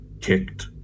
kicked